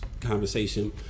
conversation